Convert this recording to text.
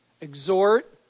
exhort